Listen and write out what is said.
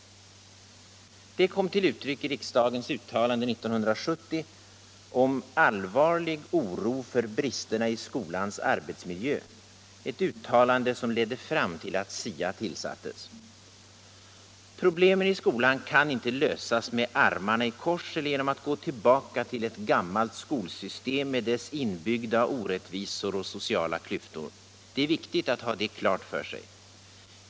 Den kom till uttryck i riksdagens uttalande 1970 om ”allvarlig oro för bristerna i skolans arbetsmiljö” — ett uttalande som ledde fram till att SIA tillsattes. Problemen i skolan kan inte lösas med armarna i kors eller genom att gå tillbaka till ett gammalt skolsystem med dess inbyggda orättvisor och sociala klyftor. Det är viktigt att ha det klart för sig.